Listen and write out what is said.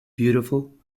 beautiful